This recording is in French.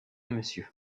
mrs